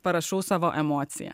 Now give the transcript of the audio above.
parašau savo emociją